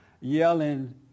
yelling